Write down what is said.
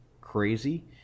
crazy